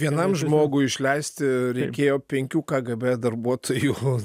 vienam žmogui išleisti reikėjo penkių kgb darbuotojų